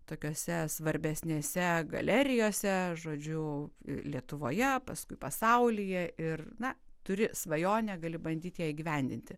tokiose svarbesnėse galerijose žodžiu lietuvoje paskui pasaulyje ir na turi svajonę gali bandyt ją įgyvendinti